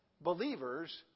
believers